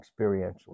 experientially